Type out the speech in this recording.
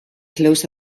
close